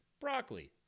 broccoli